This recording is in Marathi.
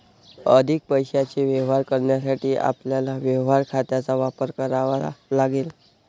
अधिक पैशाचे व्यवहार करण्यासाठी आपल्याला व्यवहार खात्यांचा वापर करावा लागेल